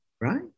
Right